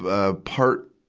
ah, part,